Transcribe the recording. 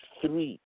three